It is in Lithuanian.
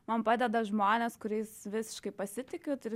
man padeda žmonės kuriais visiškai pasitikiu tai ir